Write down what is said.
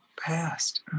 past